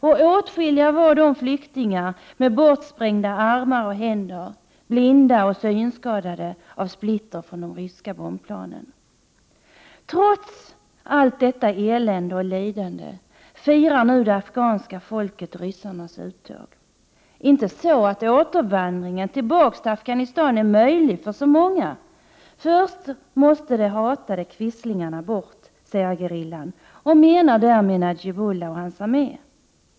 Och åtskilliga var flyktingarna med bortsprängda armar och händer, de blinda och synskadade av splitter från de ryska bombplanen. Trots allt detta elände och lidande firar nu det afghanska folket ryssarnas uttåg. Det är inte så att återvandringen tillbaka till Afghanistan är möjlig för så många. Först måste de hatade quislingarna bort, säger gerillan, och menar därmed Najibullah och hans armé.